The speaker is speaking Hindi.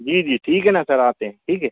जी जी ठीक है ना सर आते हैं ठीक है